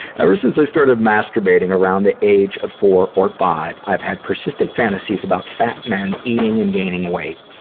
ever since i started masturbating around the age of four or five, i've had persistent fantasies about fat men eating and gaining weight.